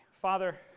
father